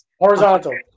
horizontal